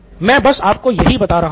मैं बस आपको यही बता रहा हूं